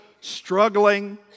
struggling